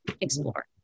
explore